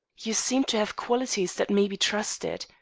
you seem to have qualities that may be trusted.